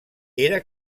era